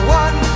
one